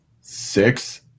Six